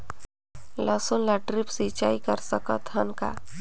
लसुन ल ड्रिप सिंचाई कर सकत हन का?